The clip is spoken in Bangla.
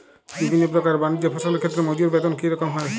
বিভিন্ন প্রকার বানিজ্য ফসলের ক্ষেত্রে মজুর বেতন কী রকম হয়?